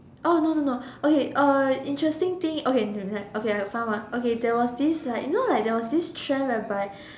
oh no no no no okay uh interesting thing okay n~ n~ okay I found one okay there was this like you know like there was this trend whereby